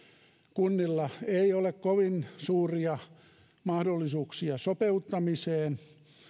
kunnilla ei ole kovin suuria mahdollisuuksia sopeuttamiseen